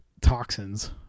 toxins